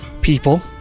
people